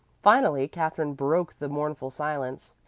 finally katherine broke the mournful silence.